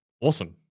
awesome